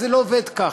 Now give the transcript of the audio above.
זה לא עובד ככה.